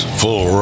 full